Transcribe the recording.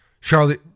Charlie